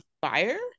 fire